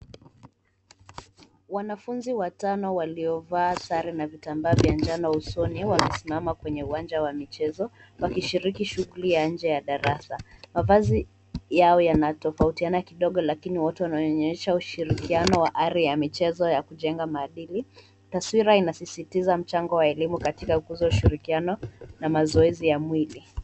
Wanafunzi watano waliovaa sare na vitambaa vya njano usoni wamesimama kwenye uwanja wa michezo wakishiriki shughuli ya nje ya darasa. Mavazi yao yanatofautiana kidogo lakini wote wanaonyesha ushirikiano wa ari ya michezo ya kujenga maadili. Taswira inasisitiza mchango wa elimu katika kukuza ushirikiano na mazoezi ya mwili.